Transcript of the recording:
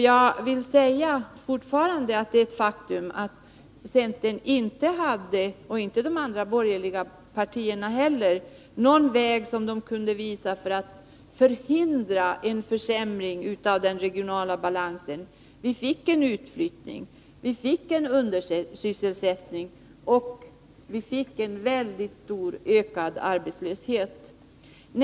Jag vidhåller att det är ett faktum att varken centern eller de andra borgerliga partierna kunde visa på någon väg för att förhindra en försämring av den regionala balansen. Vi fick utflyttning, vi fick undersysselsättning och vi fick en kraftigt ökad arbetslöshet.